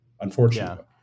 unfortunately